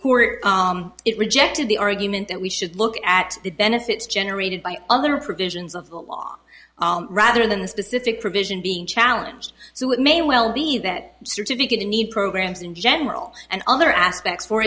it rejected the argument that we should look at the benefits generated by other provisions of the law rather than the specific provision being challenged so it may well be that certificate in need programs in general and other aspects for